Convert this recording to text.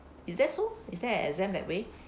is there so is there a exam that way